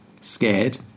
Scared